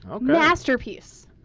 masterpiece